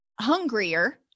hungrier